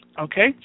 Okay